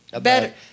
better